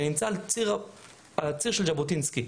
אני נמצא על הציר של ז'בוטינסקי.